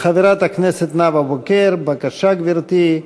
חברת הכנסת נאוה בוקר, בבקשה, גברתי,